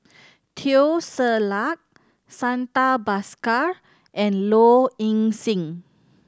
Teo Ser Luck Santha Bhaskar and Low Ing Sing